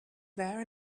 there